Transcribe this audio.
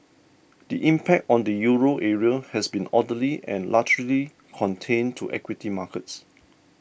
the impact on the Euro area has been orderly and largely contained to equity markets